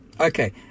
Okay